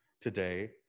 today